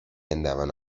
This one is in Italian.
andavano